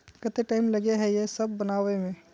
केते टाइम लगे है ये सब बनावे में?